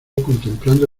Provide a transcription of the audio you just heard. contemplando